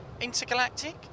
Intergalactic